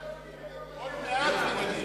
עוד מעט והוא מגיע.